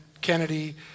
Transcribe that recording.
Kennedy